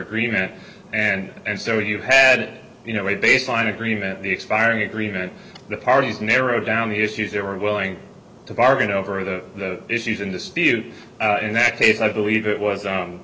agreement and so you had you know a baseline agreement the expiring agreement the parties narrowed down the issues they were willing to bargain over the issues in dispute in that case i believe it was